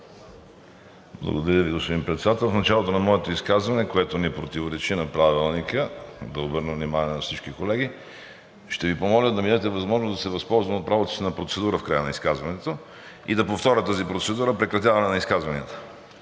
Благодаря Ви, господин Председател. В началото на моето изказване, което не противоречи на Правилника, да обърна внимание на всички колеги, ще Ви помоля да ми дадете възможност да се възползвам от правото си на процедура в края на изказването и да повторя тази процедура – прекратяване на изказванията.